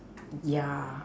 ya